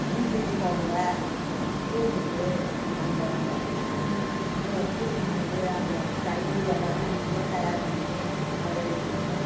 மீன்பிடிக்க போகக்குள்ளே தூண்டில் அந்த முள் தூண்டில் முள் அந்த கழி எல்லாத்தையும் வீட்லேயே தயார் பண்ணி அதை எடுத்துங்குனு